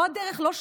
לא הדרך שלי,